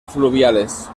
fluviales